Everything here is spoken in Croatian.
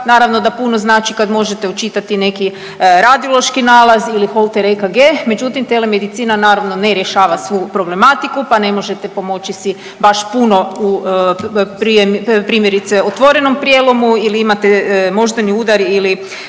naravno da puno znači kad možete očitati neki radiološki nalaz ili holter EKG, međutim telemedicina naravno ne rješava svu problematiku pa ne možete pomoći si baš puno primjerice otvorenom prijelomu ili imate moždani udar ili